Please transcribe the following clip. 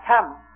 come